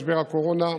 משבר הקורונה,